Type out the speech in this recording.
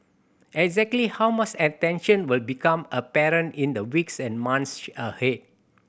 exactly how much attention will become apparent in the weeks and months ahead